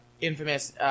infamous